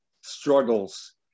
struggles